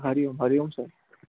हरिओम हरिओम साईं